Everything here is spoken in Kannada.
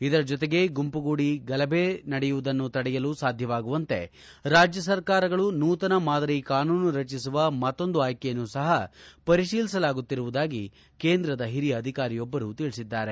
ಇದರ ಜೊತೆಗೆ ಗುಂಪುಗೂಡಿ ಗಲಭೆ ನಡೆಸುವುದನ್ನು ತಡೆಯಲು ಸಾಧ್ಯವಾಗುವಂತೆ ರಾಜ್ಯ ಸರ್ಕಾರಗಳು ನೂತನ ಮಾದರಿ ಕಾನೂನು ರಚಿಸುವ ಮತ್ತೊಂದು ಆಯ್ಲೆಯನ್ನು ಸಪ ಪರಿತೀಲಿಸುತ್ತಿರುವುದಾಗಿ ಕೇಂದ್ರದ ಹಿರಿಯ ಅಧಿಕಾರಿಯೊಬ್ಲರು ತಿಳಿಸಿದ್ದಾರೆ